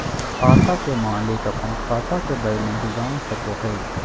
खाता के मालिक अपन खाता के बैलेंस जान सको हय